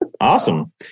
Awesome